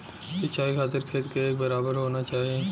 सिंचाई खातिर खेत के एक बराबर होना चाही